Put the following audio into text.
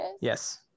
Yes